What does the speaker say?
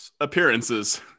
appearances